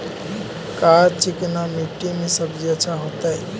का चिकना मट्टी में सब्जी अच्छा होतै?